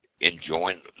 enjoying